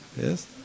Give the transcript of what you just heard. Yes